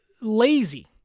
lazy